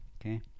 Okay